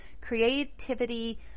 creativity